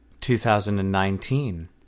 2019